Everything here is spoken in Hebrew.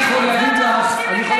הוא מעניש, לא רוצים לקיים איתו שיח.